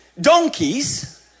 donkeys